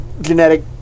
genetic